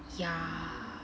yeah